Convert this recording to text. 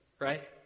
right